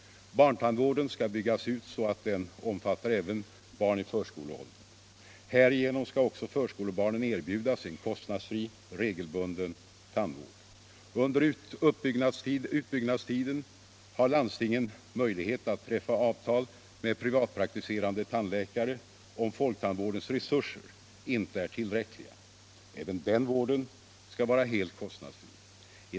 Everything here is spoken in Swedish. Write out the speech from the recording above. Barntandvården skall byggas ut så att den omfattar även barn i förskoleåldern. Härigenom skall också förskolebarnen erbjudas en kostnadsfri, regelbunden tandvård. Under utbyggnadstiden har landstingen möjlighet att träffa avtal med privatpraktiserande tandläkare, om folktandvårdens resurser inte är tillräckliga. Även den vården skall vara helt kostnadsfri.